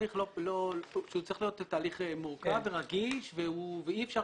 שהוא צריך להיות תהליך מורכב ורגיש ואי אפשר